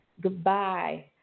goodbye